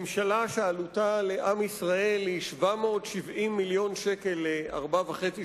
ממשלה שעלותה לעם ישראל היא 770 מיליון שקל לארבע שנים וחצי.